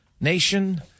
nation